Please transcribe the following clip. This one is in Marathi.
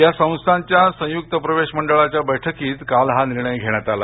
या संस्थांच्या संयुक्त प्रवेश मंडळाच्या बैठकीत काल हा निर्णय घेण्यात आला